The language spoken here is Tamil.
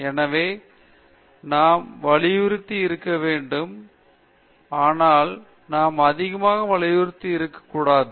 எனவே நாம் வலியுறுத்தி இருக்க வேண்டும் ஆனால் நாம் அதிகமாக வலியுறுத்தி இருக்க கூடாது